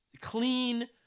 clean